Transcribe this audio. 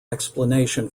explanation